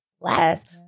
last